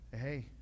Hey